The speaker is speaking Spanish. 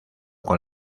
con